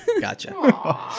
Gotcha